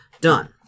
done